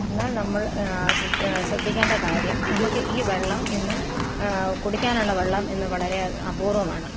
എന്നാൽ നമ്മൾ ശ്രദ്ധി ശ്രദ്ധിക്കേണ്ട കാര്യം നമുക്ക് ഈ വെള്ളം ഇന്ന് കുടിക്കാനുള്ള വെള്ളം ഇന്ന് വളരെ അപൂർവമാണ്